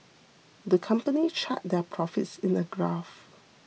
the company charted their profits in a graph